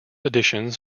editions